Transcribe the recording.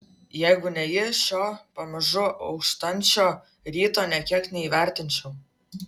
jeigu ne ji šio pamažu auštančio ryto nė kiek neįvertinčiau